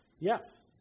Yes